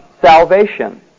Salvation